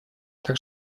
так